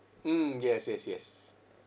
mm yes yes yes